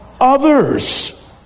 others